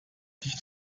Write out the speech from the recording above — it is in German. nicht